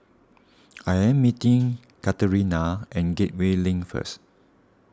I am meeting Katharina at Gateway Link first